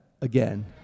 again